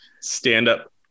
stand-up